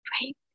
Right